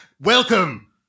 Welcome